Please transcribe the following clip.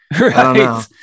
right